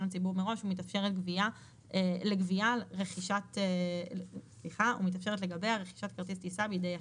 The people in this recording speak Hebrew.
לציבור מראש ומתאפשרת לגביה רכישת כרטיס טיסה בידי יחיד."